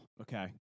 Okay